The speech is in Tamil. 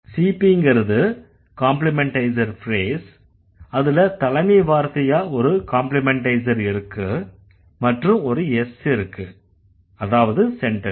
CPங்கறது காம்ப்ளிமண்டைசர் ஃப்ரேஸ் அதுல தலைமை வார்த்தையா ஒரு காம்ப்ளிமண்டைசர் இருக்கு மற்றும் ஒரு S இருக்கு அதாவது செண்டென்ஸ்